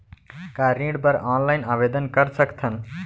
का ऋण बर ऑनलाइन आवेदन कर सकथन?